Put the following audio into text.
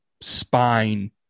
spine